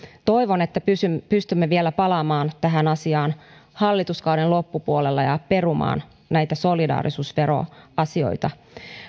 toivon että pystymme pystymme vielä palaamaan tähän asiaan hallituskauden loppupuolella ja perumaan näitä solidaarisuusveroasioita